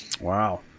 Wow